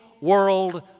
world